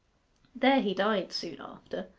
there he died soon after,